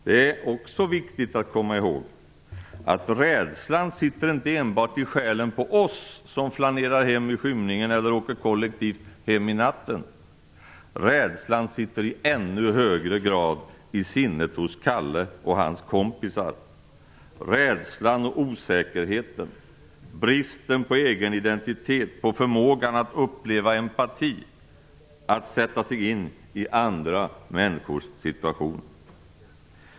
Det är också viktigt att komma ihåg att rädslan inte enbart sitter i själen på oss som flanerar hem i skymningen eller åker kollektivt hem i natten, rädslan sitter i ännu högre grad i sinnet hos Kalle och hans kompisar: rädslan och osäkerheten, bristen på egen identitet, på förmågan att uppleva empati, att sätta sig in i andra människors situation.